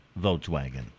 Volkswagen